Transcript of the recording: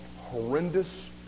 horrendous